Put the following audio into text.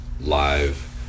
live